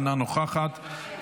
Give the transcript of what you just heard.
אינה נוכחת,